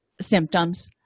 symptoms